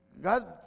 God